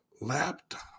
laptop